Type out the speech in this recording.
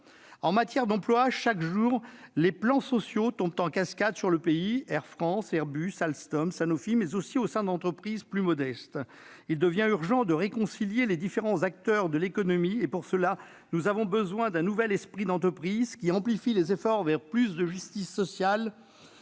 En matière d'emploi, chaque jour, les plans sociaux tombent en cascade sur le pays, que ce soit au sein d'Air France, d'Airbus, d'Alstom ou de Sanofi ou d'entreprises plus modestes. Il devient urgent de réconcilier les différents acteurs de l'économie. Pour cela, nous avons besoin d'un nouvel esprit d'entreprise qui amplifie les efforts en faveur de plus de justice sociale,